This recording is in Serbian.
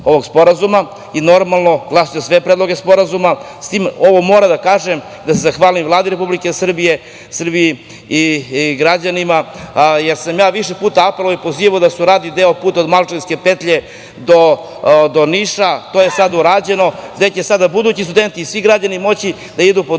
i glasaću za sve predloge sporazuma. Ovo moram da kažem, zahvaljujem se Vladi Republike Srbije, Srbiji i građanima, jer sam više puta apelovao i pozivao da se uradi deo puta od Malčanske petlje do Niša, to je sada urađeno, gde će budući studenti i svi građani moći da idu po